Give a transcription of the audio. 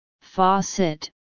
faucet